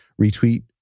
retweet